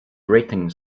grating